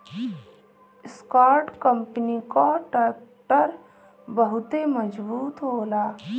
Escort company कअ tractor बहुते मजबूत होला